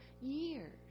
years